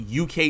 uk